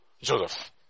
Joseph